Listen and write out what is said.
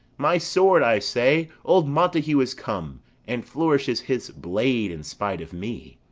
my sword, i say! old montague is come and flourishes his blade in spite of me.